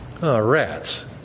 Rats